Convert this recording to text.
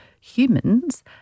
humans